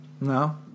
No